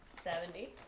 Seventy